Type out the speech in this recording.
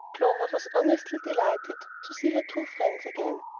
clover was honestly delighted to see her two friends again.